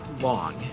long